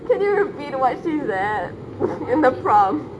can you repeat what she said in the prompt